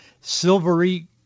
silvery